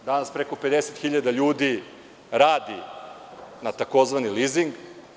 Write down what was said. Danas preko 50.000 ljudi radi na tzv. „lizing“